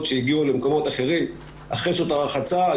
שהגיעו למקומות אחרים אחרי שעות הרחצה,